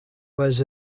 was